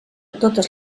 totes